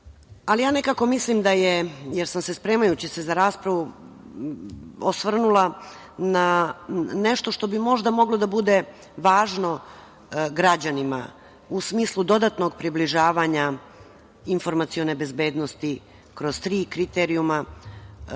nekako mislim, jer sam se spremajući se za raspravu osvrnula na nešto što bi možda moglo da bude važno građanima, u smislu dodatnog približavanja informacione bezbednosti kroz tri kriterijuma